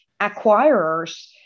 acquirers